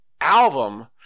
album